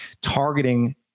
targeting